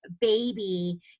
baby